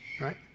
right